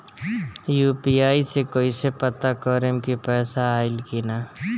UPI से कईसे पता करेम की पैसा आइल की ना?